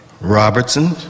Robertson